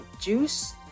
juice